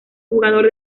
jugador